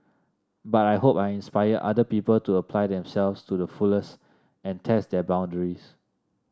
but I hope I inspire other people to apply themselves to the fullest and test their boundaries